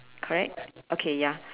correct okay ya